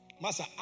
Master